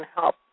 help